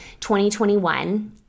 2021